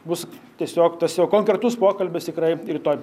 bus tiesiog tas jau konkretus pokalbis tikrai rytoj